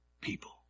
people